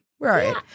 Right